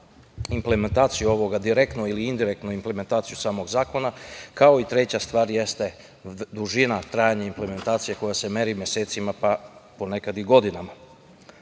implementaciju ovoga, direktnu ili indirektnu implementaciju samog zakona. Treća stvar jeste dužina trajanja implementacija koja se meri mesecima, pa ponekad i godinama.